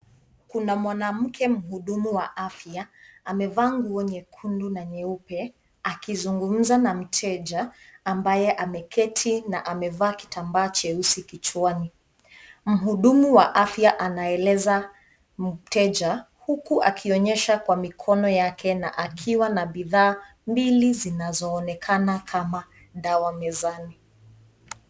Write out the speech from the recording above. Kuna mwanamke mhudumu wa afya, amevaa nguo nyekundu na nyeupe, akizungumza na mteja ambaye ameketi na amevaa kitambaa cheusi kichwani. Mhudumu wa afya anaeleza mteja, huku akionyesha kwa mikono yake na akiwa na bidhaa mbili zinazoonekana kama dawa mezani.